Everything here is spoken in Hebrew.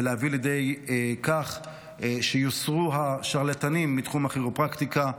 ולהביא לידי כך שיוסרו השרלטנים מתחום הכירופרקטיקה,